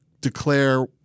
declare –